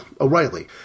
O'Reilly